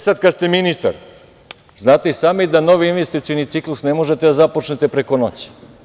Sad kad ste ministar, znate i sami da novi investicioni ciklus ne možete da započnete preko noći.